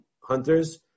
hunters